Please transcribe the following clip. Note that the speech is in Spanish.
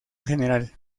general